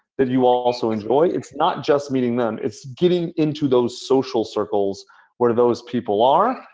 that you also enjoy. if not, just meeting them. it's getting into those social circles where those people are.